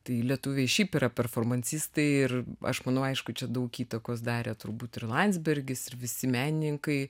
tai lietuviai šiaip yra performansistai ir aš manau aišku čia daug įtakos darė turbūt ir landsbergis ir visi menininkai